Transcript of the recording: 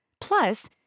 Plus